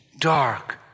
dark